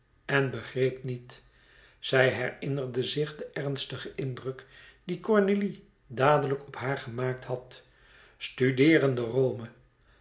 en begreep niet zij herinnerde zich den ernstigen indruk dien cornélie dadelijk op haar gemaakt had studeerende rome